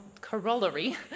corollary